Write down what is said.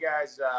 guys